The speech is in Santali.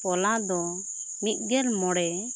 ᱯᱚᱞᱟ ᱫᱚ ᱢᱤᱫ ᱜᱮᱞ ᱢᱚᱬᱮ